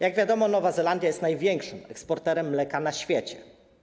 Jak wiadomo, Nowa Zelandia jest największym eksporterem mleka na świecie.